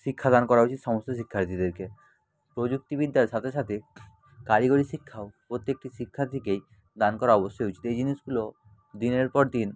শিক্ষা দান করা উচিত সমস্ত শিক্ষার্থীদেরকে প্রযুক্তিবিদ্যার সাথে সাথে কারিগরি শিক্ষাও প্রত্যেকটি শিক্ষার্থীকেই দান করা অবশ্যই উচিত এই জিনিসগুলো দিনের পর দিন